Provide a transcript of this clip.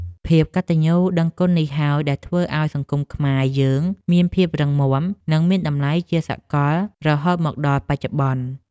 ភាពកតញ្ញូដឹងគុណនេះហើយ ដែលធ្វើឱ្យសង្គមខ្មែរយើងមានភាពរឹងមាំ និងមានតម្លៃជាសកលរហូតមកដល់បច្ចុប្បន្ន។